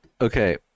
okay